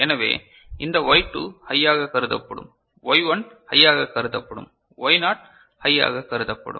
எனவே இந்த Y2 ஹையாக கருதப்படும் Y1 ஹையாக கருதப்படும் Y னாட் ஹையாக கருதப்படும்